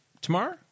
tomorrow